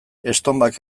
estonbak